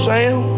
Sam